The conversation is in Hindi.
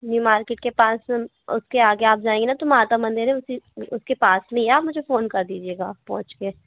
न्यू मार्केट के पास उसके आगे आप जाएंगे ना माता मंदिर है उसी उस के पास में ही है आप मुझे फ़ोन कर दीजिएगा पहुँच के